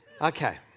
Okay